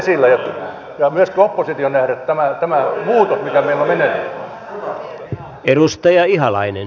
hyvä on myöskin opposition nähdä tämä muutos mikä meillä on meneillään